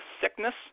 sickness